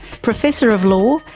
professor of law,